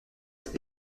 être